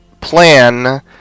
plan